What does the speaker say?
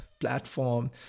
platform